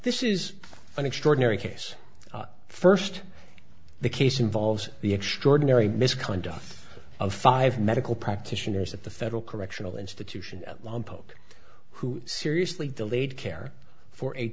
this is an extraordinary case first the case involves the extraordinary misconduct of five medical practitioners at the federal correctional institution polk who seriously delayed care for